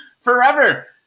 forever